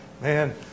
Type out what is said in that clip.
man